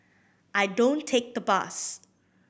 I don't take the bus